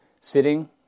Sitting